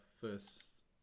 first